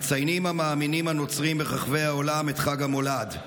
מציינים המאמינים הנוצרים ברחבי העולם את חג המולד.